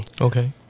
Okay